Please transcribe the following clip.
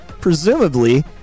presumably